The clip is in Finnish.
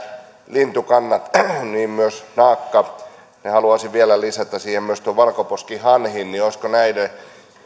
lintukannat myös naakka ja haluaisin vielä lisätä siihen valkoposkihanhen olisiko näiden